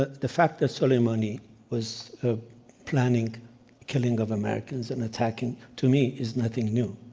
ah the fact that soleimani was ah planning killing of americans and attacking, to me, is nothing new.